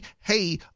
hey